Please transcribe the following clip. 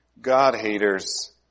God-haters